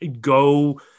go